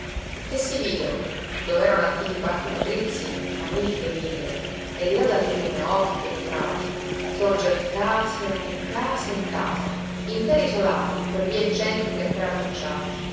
e si videro dov'erano antichi parchi patrizii magnifiche ville e di là dal fiume orti e prati sorger case e case e case interi isolati per vie eccentriche appena tracciate